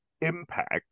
Impact